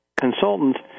consultants